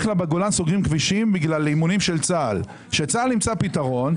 כיוונתי לדעת גדולים.